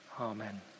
amen